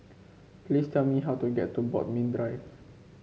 please tell me how to get to Bodmin Drive